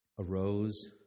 arose